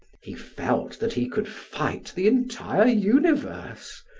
he felt that he could fight the entire universe.